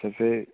سُہ پیٚیہِ